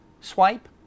Swipe